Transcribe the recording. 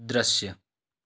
दृश्य